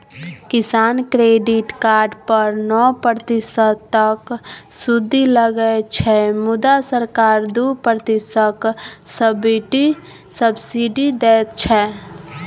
किसान credit card पर नौ प्रतिशतक सुदि लगै छै मुदा सरकार दु प्रतिशतक सब्सिडी दैत छै